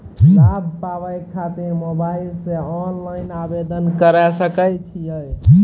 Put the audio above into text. लाभ पाबय खातिर मोबाइल से ऑनलाइन आवेदन करें सकय छियै?